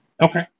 Okay